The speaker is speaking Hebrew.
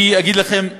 אני אגיד לכם,